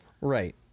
Right